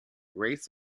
grace